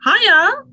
hiya